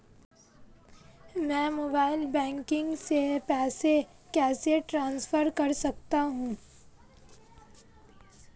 मैं mobile banking से पैसे कैसे ट्रांसफर कर सकता हूं?